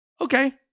okay